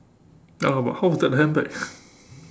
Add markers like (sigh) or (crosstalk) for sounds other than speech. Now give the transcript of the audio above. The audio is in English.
ya but how is that the handbag (breath)